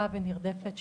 ונרדפת שיש.